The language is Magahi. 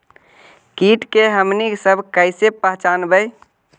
किट के हमनी सब कईसे पहचनबई?